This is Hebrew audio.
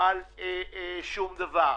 עכשיו על שום דבר.